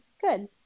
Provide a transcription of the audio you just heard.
good